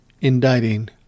indicting